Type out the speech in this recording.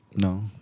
No